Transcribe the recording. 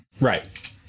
Right